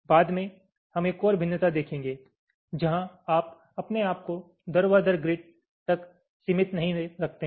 बाद में हम एक और भिन्नता देखेंगे है जहाँ आप अपने आप को ऊर्ध्वाधर ग्रिड तक सीमित नहीं रखते हैं